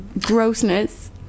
grossness